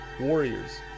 warriors